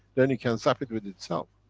then it can zap it with itself.